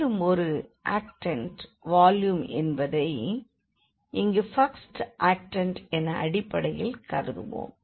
மேலும் ஒரு ஆக்டண்ட்டின் வால்யூம் என்பதை இங்கு ஃபஸ்ட் ஆக்டண்ட் என அடிப்படையில் கருதுவோம்